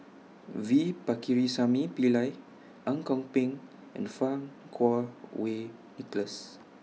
V Pakirisamy Pillai Ang Kok Peng and Fang Kuo Wei Nicholas